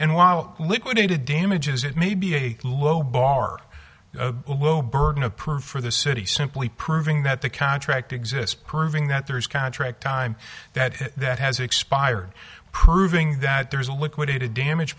and liquidated damages it may be a low bar burden of proof for the city simply proving that the contract exists proving that there is contract time that that has expired proving that there is a liquidated damage